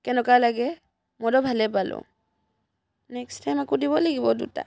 কেনকুৱা লাগে মইতো ভালে পালো নেক্সট টাইম আকৌ দিব লাগিব দুটা